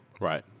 Right